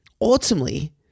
Ultimately